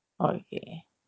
okay